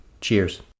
Cheers